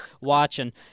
watching